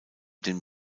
dem